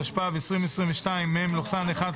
התשפ"ב 2022 (מ/1548).